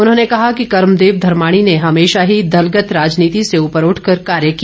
उन्होंने कहा कि कर्मदेव धर्माणी ने हमेशा ही दलगत राजनीति से उपर उठकर कार्य किया